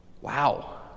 wow